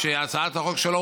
שהצעת החוק שלו,